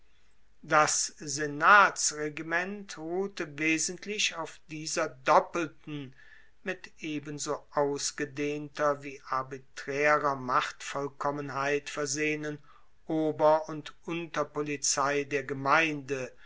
das senatsregiment ruhte wesentlich auf dieser doppelten mit ebenso ausgedehnter wie arbitraerer machtvollkommenheit versehenen ober und unterpolizei der gemeinde